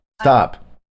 Stop